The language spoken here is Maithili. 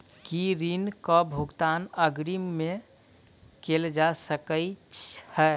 की ऋण कऽ भुगतान अग्रिम मे कैल जा सकै हय?